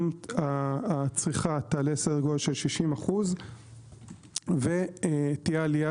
גם הצריכה תעלה בסדר גודל של 60%. תהיה עלייה